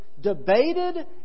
debated